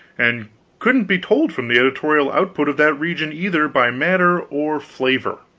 and couldn't be told from the editorial output of that region either by matter or flavor.